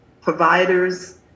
providers